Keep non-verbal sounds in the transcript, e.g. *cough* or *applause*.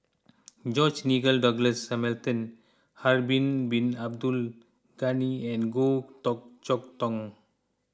George Nigel Douglas Hamilton Harun Bin Abdul Ghani and Goh *unintelligible* Chok Tong